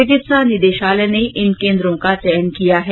चिकित्सा निदेशालय ने इन केन्द्रों का चयन किया है